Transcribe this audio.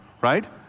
right